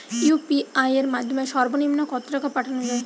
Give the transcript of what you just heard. UPI এর মাধ্যমে সর্ব নিম্ন কত টাকা পাঠানো য়ায়?